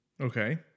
Okay